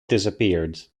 disappeared